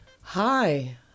Hi